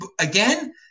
again